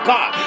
God